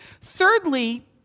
Thirdly